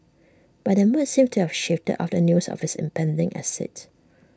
but that mood seems to have shifted after news of his impending exit